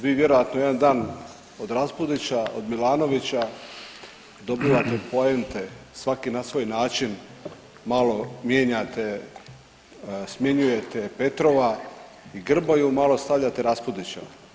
Vi vjerojatno jedan dan od Raspudića, od Milanovića dobivate poente svaki na svoj način, malo mijenjate, smjenjujete Petrova i Grmoju, malo stavljate Raspudića.